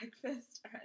breakfast